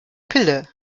pille